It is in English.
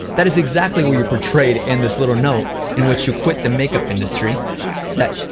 that is exactly what you portrayed in this little note in which you quit the makeup industry that,